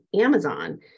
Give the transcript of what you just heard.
Amazon